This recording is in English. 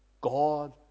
God